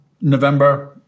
November